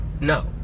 No